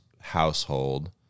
household